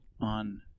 on